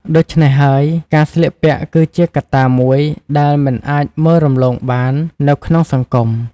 ដូច្នេះហើយ ការស្លៀកពាក់គឺជាកត្តាមួយដែលមិនអាចមើលរំលងបាននៅក្នុងសង្គម។